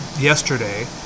yesterday